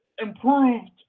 improved